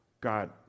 God